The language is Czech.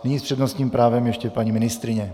Nyní s přednostním právem ještě paní ministryně.